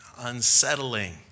Unsettling